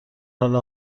حال